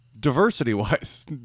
Diversity-wise